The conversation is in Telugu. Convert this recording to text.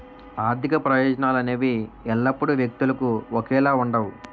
ఆర్థిక ప్రయోజనాలు అనేవి ఎల్లప్పుడూ వ్యక్తులకు ఒకేలా ఉండవు